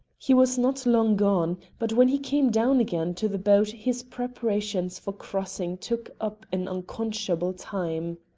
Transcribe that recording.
he was not long gone, but when he came down again to the boat his preparations for crossing took up an unconscionable time.